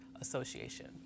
Association